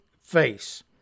face